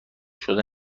شده